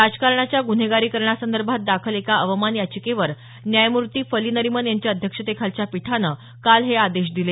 राजकारणाच्या गुन्हेगारीकरणासंदर्भात दाखल एका अवमान याचिकेवर न्यायमूर्ती फली नरिमन यांच्या अध्यक्षतेखालच्या पीठानं काल हे आदेश दिले